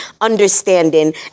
understanding